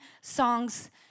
songs